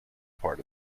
part